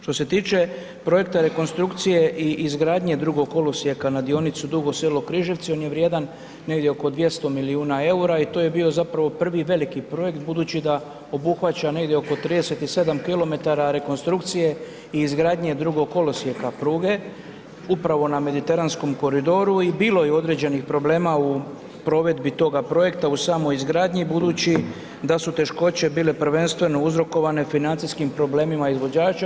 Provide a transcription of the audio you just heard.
Što se tiče projekta rekonstrukcije i izgradnje 2. kolosijeka na dionici Dugo Selo-Križevci on je vrijedan negdje oko 200 milijuna eura i to je bio zapravo prvi veliki projekt budući da obuhvaća negdje oko 37 kilometara rekonstrukcije i izgradnje 2. kolosijeka pruge upravo na mediteranskom koridoru i bilo je određenih problema u provedbi toga projekta u samoj izgradnji, budući da su teškoće bile prvenstveno uzrokovane financijskim problemima izvođača.